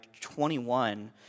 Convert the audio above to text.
21